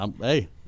Hey